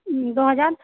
दो हजार